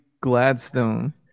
Gladstone